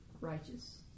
righteous